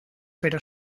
pero